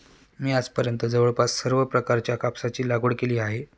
मी आजपर्यंत जवळपास सर्व प्रकारच्या कापसाची लागवड केली आहे